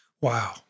Wow